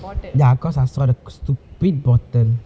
ya cause I saw the stupid bottle